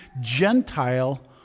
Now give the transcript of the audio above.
Gentile